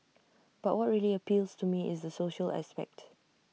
but what really appeals to me is the social aspect